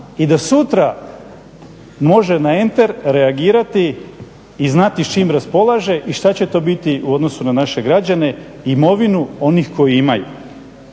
i da sutra može na enter reagirati i znati s čime raspolaže i šta će to biti u odnosu na naše građane, imovinu onih koji imaju.